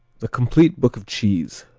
the complete book of cheese